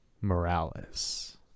Morales